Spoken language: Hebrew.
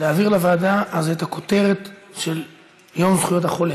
להעביר לוועדה אז זו הכותרת של "יום זכויות החולה".